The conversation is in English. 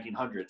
1900s